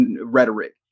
rhetoric